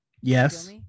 Yes